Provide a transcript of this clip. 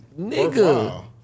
Nigga